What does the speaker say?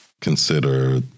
consider